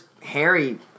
Harry